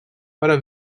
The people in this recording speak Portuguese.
para